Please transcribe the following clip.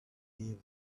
gave